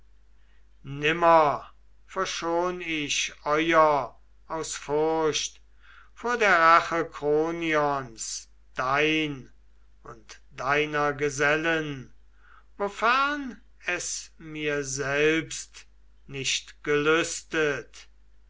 nimmer verschon ich euer aus furcht vor der rache kronions dein und deiner gesellen wofern es mir selbst nicht gelüstet